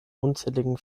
unzähligen